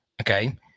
Okay